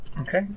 okay